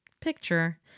Picture